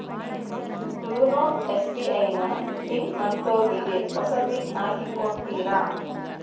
YONO SBI ನ pin ಮರ್ತೋಗಿದೆ ಹೊಸ ಪಿನ್ ಹಾಕಿ ಕೊಡ್ತೀರಾ?